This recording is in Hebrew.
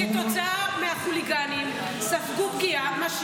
שכתוצאה מהחוליגנים ספגו פגיעה -- אז אני מניח שהיא תתוקן.